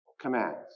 commands